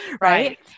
Right